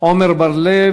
עמר בר-לב.